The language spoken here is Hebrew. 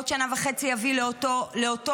בעוד שנה וחצי הוא יביא לאותו המצב.